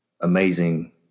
amazing